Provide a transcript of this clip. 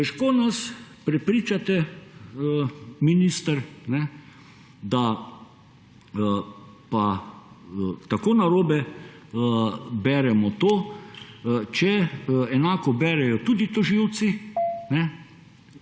Težko nas prepričate, minister, da pa tako narobe beremo to, če enako berejo tudi tožilci,